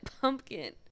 Pumpkin